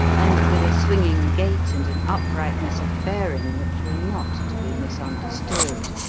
and with a swinging gait and an uprightness of bearing which were not to be misunderstood.